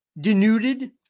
denuded